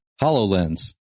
HoloLens